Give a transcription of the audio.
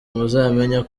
muzamenye